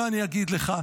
מה אני אגיד לך?